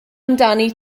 amdani